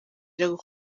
atangira